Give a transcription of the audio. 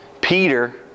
Peter